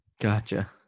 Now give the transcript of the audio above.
Gotcha